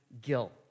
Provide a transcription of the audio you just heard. guilt